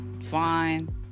Fine